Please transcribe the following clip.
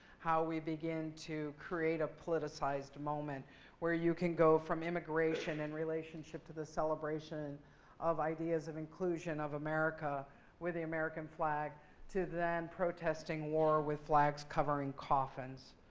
how we begin to create a politicized moment where you can go from immigration and relationship to the celebration of ideas of inclusion of america with the american flag to then protesting war with flags covering coffins